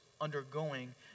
undergoing